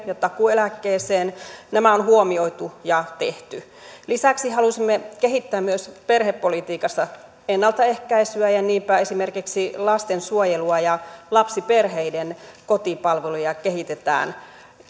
ja takuueläkkeeseen nämä on huomioitu ja tehty lisäksi halusimme kehittää myös perhepolitiikassa ennaltaehkäisyä ja niinpä esimerkiksi lastensuojelua ja lapsiperheiden kotipalveluja kehitetään